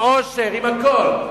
עם עושר, עם הכול.